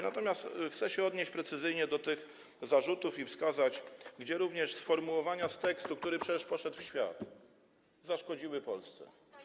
Natomiast chcę się odnieść precyzyjnie do tych zarzutów i wskazać, gdzie również sformułowania z tekstu, który przecież poszedł w świat, zaszkodziły Polsce.